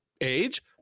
age